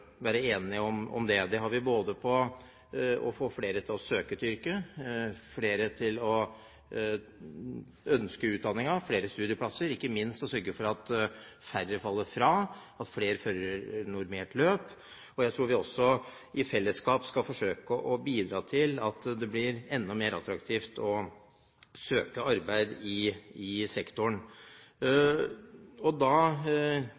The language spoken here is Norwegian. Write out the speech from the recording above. være enige om det. Utfordringer har vi når det gjelder å få flere til å søke seg til yrket, flere til å ønske utdanningen, flere studieplasser og ikke minst når det gjelder å sørge for at færre faller fra, og at flere følger et normert løp. Jeg tror også at vi i fellesskap skal forsøke å bidra til at det blir enda mer attraktivt å søke arbeid i sektoren. Da